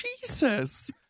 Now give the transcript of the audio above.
Jesus